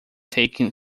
taken